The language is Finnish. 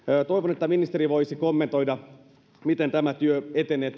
toivon että ministeri voisi kommentoida miten tämä työ etenee